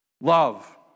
Love